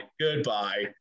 Goodbye